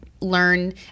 learn